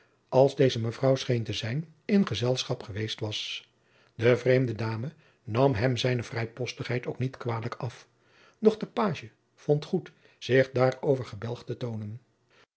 als deze mevrouw scheen te zijn in gezelschap geweest was de vreemde dame nam hem zijne vrijpostigheid ook niet kwalijk af doch de pagie vond goed zich daarover gebelgd te toonen